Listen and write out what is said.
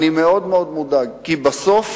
אדוני היושב-ראש, כי בסוף